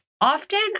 often